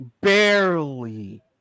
Barely